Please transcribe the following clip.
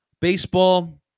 Baseball